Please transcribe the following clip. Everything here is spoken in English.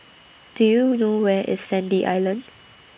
Do YOU know Where IS Sandy Island